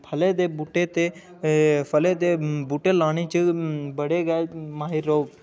फलै दे बूह्टे ते फलै दे बूह्टे लाने च बड़े गै माहिर ओ